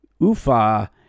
Ufa